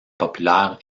populaires